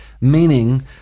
meaning